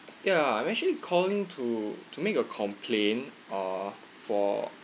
ya I'm actually calling to to make a complain uh for